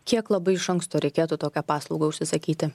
kiek labai iš anksto reikėtų tokią paslaugą užsisakyti